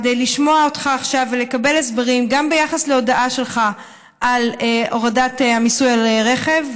כדי לשמוע אותך עכשיו ולקבל הסברים גם להודעה שלך על הורדת המס על רכב,